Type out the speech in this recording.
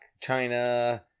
China